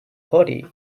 party